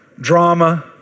drama